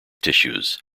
tissues